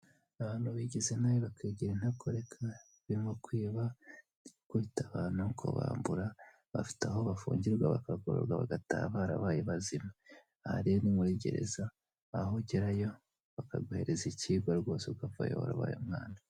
Abantu bigize nabi bakigira intakoreka, birimo kwiba, gukubita abantu, kubambura, bafite aho bafungirwa bakagororwa bagataha barabaye abantu bazima. Aha rero ni muri gereza aho ugerayo bakaguhereza ikirwa rwose ukavayo warabaye umwana.